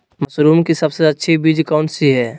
Mushroom की सबसे अच्छी बीज कौन सी है?